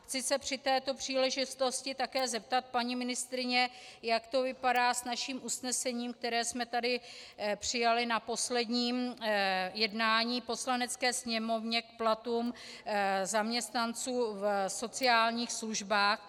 Chci se při této příležitosti také zeptat paní ministryně, jak to vypadá s naším usnesením, které jsme tady přijali na posledním jednání v Poslanecké sněmovně k platům zaměstnanců v sociálních službách.